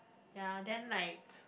ya then like